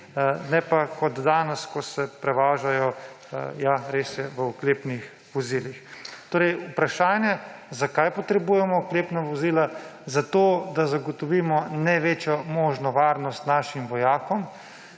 ne pa kot danes, ko se prevažajo, ja, res je, v oklepnih vozilih. Torej je odgovor na vprašanje, zakaj potrebujemo oklepna vozila, zato da zagotovimo največjo možno varnost našim vojakom,